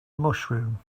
mushroom